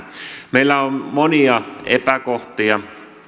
meillä on monia epäkohtia